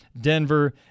Denver